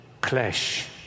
clash